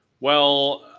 well,